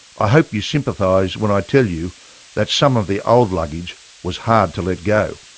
i hope you sympathise when i tell you that some of the old luggage was hard to let go!